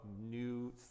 new